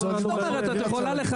כלובים.